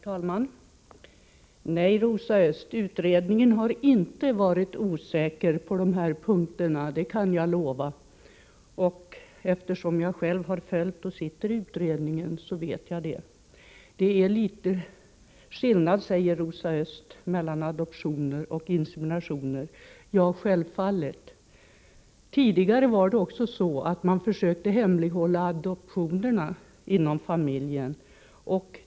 Herr talman! Nej, Rosa Östh, utredningen har inte varit osäker på de här punkterna, det kan jag lova. Eftersom jag själv har följt — och sitter i — utredningen vet jag detta. Rosa Östh säger att det är litet skillnad mellan adoptioner och inseminationer. Ja, självfallet. Tidigare försökte man också hemlighålla adoptionerna inom familjen.